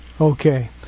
okay